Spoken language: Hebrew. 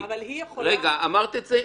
ליאנה אמרה את זה.